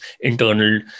internal